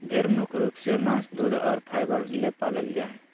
भेड़ मुख्य रूप से मांस दूध और फाइबर ले पालल जा हइ